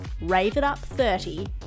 RAVEITUP30